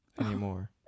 anymore